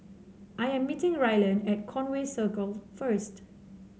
I am meeting Rylan at Conway Circle first